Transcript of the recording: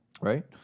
Right